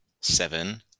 Seven